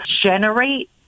generate